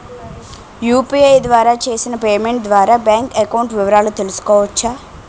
UPI ద్వారా చేసిన payment ద్వారా బ్యాంక్ అకౌంట్ వివరాలు తెలుసుకోవచ్చ?